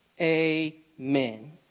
Amen